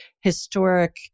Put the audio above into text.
historic